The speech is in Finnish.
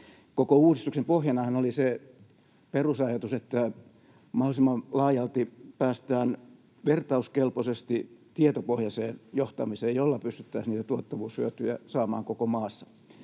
Koko uudistuksen pohjanahan oli se perusajatus, että mahdollisimman laajalti päästään vertauskelpoisesti tietopohjaiseen johtamiseen, jolla pystyttäisiin saamaan tuottavuushyötyjä koko maassa.